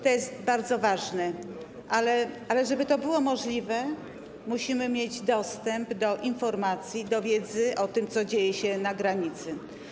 To jest bardzo ważne, ale żeby to było możliwe, musimy mieć dostęp do informacji, do wiedzy o tym, co dzieje się na granicy.